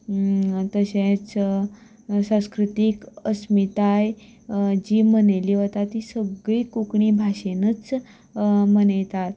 तशेंच सास्कृतीक अस्मिताय जी मनयली वता ती सगळी कोंकणी भाशेनूच मनयतात